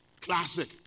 Classic